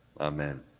amen